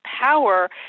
power